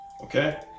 Okay